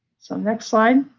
so, next slide